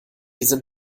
sind